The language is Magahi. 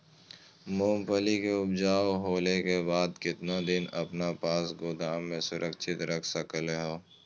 मूंगफली के ऊपज होला के बाद कितना दिन अपना पास गोदाम में सुरक्षित रख सको हीयय?